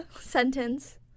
sentence